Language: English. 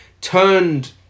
turned